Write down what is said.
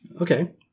Okay